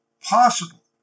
possible